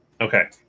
Okay